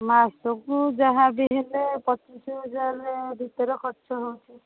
ମାସକୁ ଯାହାବି ହେଲେ ପଚିଶ ହଜାର ଭିତରେ ଖର୍ଚ୍ଚ ହେଉଛି